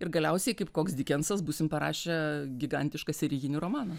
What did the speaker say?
ir galiausiai kaip koks dikensas būsim parašę gigantišką serijinį romaną